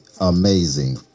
amazing